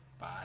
Bye